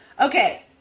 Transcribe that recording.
Okay